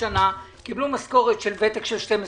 שנים קיבלו משכורת של ותק של 12 שנים?